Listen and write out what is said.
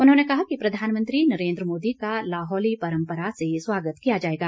उन्होंने कहा कि प्रधानमंत्री नरेंद्र मोदी का लाहौली परम्परा से स्वागत किया जाएगा